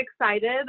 excited